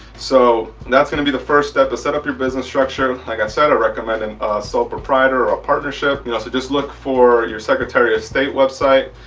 so that's going to be the first step to set up your business structure. like i said a recommending sole proprietor or a partnership. you know so just look for your secretary of state website.